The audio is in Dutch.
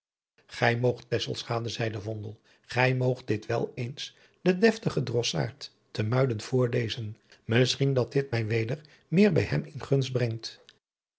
gij moogt tesselschade zeide vondel gij moogt dit wel eens den deftigen drossaard te muiden voorlezen misschien dat dit mij weder meer bij hem in gunst brengt